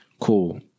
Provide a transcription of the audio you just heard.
Cool